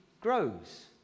grows